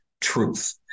truth